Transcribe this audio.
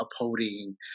upholding